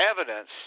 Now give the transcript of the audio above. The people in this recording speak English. evidence